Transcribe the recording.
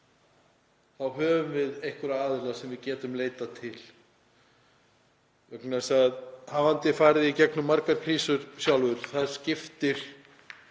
þá höfum við einhverja aðila sem við getum leitað til. Hafandi farið í gegnum margar krísur sjálfur þá veit